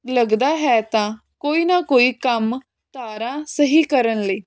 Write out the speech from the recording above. ਲੱਗਦਾ ਹੈ ਤਾਂ ਕੋਈ ਨਾ ਕੋਈ ਕੰਮ ਧਾਰਾ ਸਹੀ ਕਰਨ ਲਈ